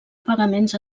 pagaments